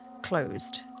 closed